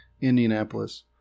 Indianapolis